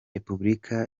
repubulika